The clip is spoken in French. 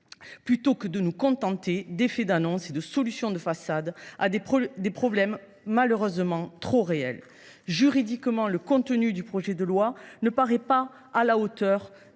plutôt que de nous contenter d’effets d’annonce et de solutions de façade pour affronter des problèmes malheureusement trop réels. Juridiquement, le contenu de ce projet de loi n’apparaît pas à la hauteur